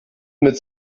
mit